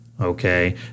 okay